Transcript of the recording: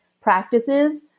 practices